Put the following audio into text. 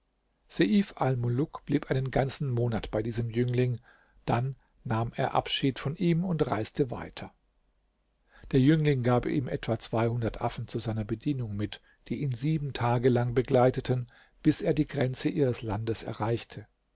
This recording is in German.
blieb einen ganzen monat bei diesem jüngling dann nahm er abschied von ihm und reiste weiter der jüngling gab ihm etwa zweihundert affen zu seiner bedienung mit die ihn sieben tage lang begleiteten bis er die grenze ihres landes erreichte